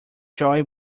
joy